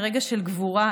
ברגע של גבורה,